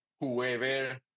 whoever